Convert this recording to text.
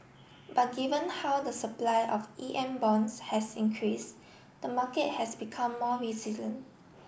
but given how the supply of E M bonds has increased the market has become more resilient